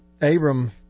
Abram